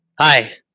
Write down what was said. Hi